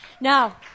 Now